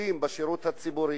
עובדים בשירות הציבורי.